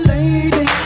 Lady